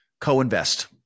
Co-invest